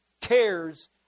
cares